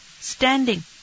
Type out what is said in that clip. Standing